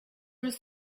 was